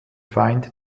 feind